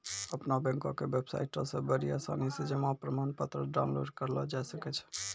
अपनो बैंको के बेबसाइटो से बड़ी आसानी से जमा प्रमाणपत्र डाउनलोड करलो जाय सकै छै